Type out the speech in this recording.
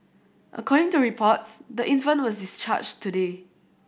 according to reports the infant was discharged today